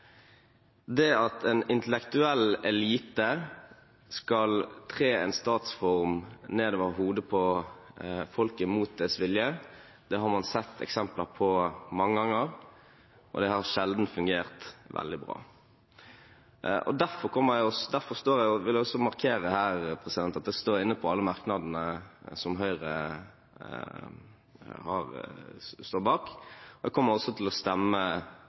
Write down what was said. Det at en intellektuell elite skal tre en statsform nedover hodet på folket, imot dets vilje, har man sett eksempler på mange ganger, og det har sjelden fungert veldig bra. Derfor vil jeg også markere at jeg står inne for alle merknadene som Høyre står bak, og jeg kommer til å stemme